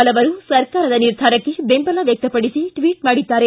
ಹಲವರು ಸರ್ಕಾರದ ನಿರ್ಧಾರಕ್ಕೆ ಬೆಂಬಲ ವ್ವಕ್ತಪಡಿಸಿ ಟ್ವಿಟ್ ಮಾಡಿದ್ದಾರೆ